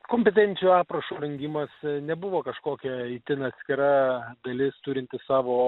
kompetencijų aprašų rengimas nebuvo kažkokia itin atskira dalis turinti savo